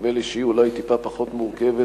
נדמה לי שהיא אולי טיפה פחות מורכבת,